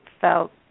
felt